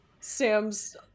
Sam's